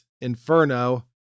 Inferno